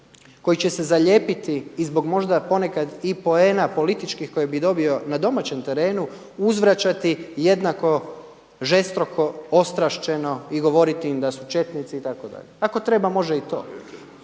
koji će se zalijepiti i zbog možda ponekad i poena političkih koje bi dobio na domaćem terenu uzvraćati jednako žestoko, ostrašćeno i govoriti im da su četnici itd. ako treba može i to.